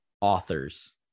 Authors